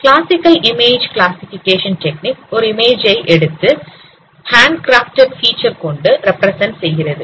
classical image classification technique ஒரு இமேஜை எடுத்து ஹாந்துகிராப்ட்டட் ஃபிச்சர் கொண்டு ரெப்பிரசன்ட் செய்கிறோம்